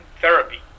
therapy